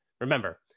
Remember